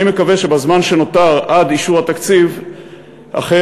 אני מקווה שבזמן שנותר עד אישור התקציב אכן